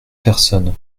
personne